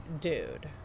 dude